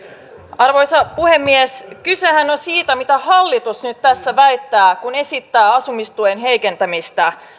arvoisa puhemies kysehän on siitä mitä hallitus nyt tässä väittää kun esittää asumistuen heikentämistä